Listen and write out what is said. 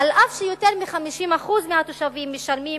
אף שיותר מ-50% מהתושבים משלמים